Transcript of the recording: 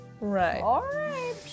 Right